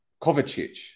Kovacic